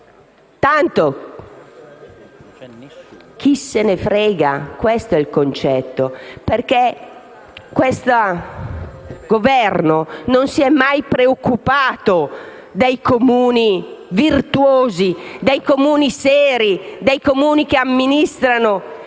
sanzioni. Chi se ne frega, questo è il concetto. Questo Governo non si è mai preoccupato dei Comuni virtuosi, dei Comuni seri, dei Comuni che amministrano